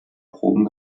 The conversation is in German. proben